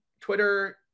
Twitter